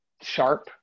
sharp